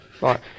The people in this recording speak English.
Right